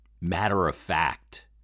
matter-of-fact